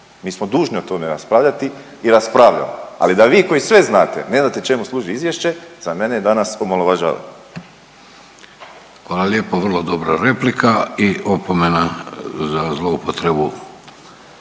Mi smo dužni o tome raspravljati i raspravljamo, ali da vi koji sve znate ne znate čemu služi izvješće za mene je danas omalovažavanje. **Vidović, Davorko (Socijaldemokrati)** Hvala lijepo, vrlo dobra replika i opomena za zloupotrebu